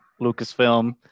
Lucasfilm